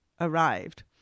arrived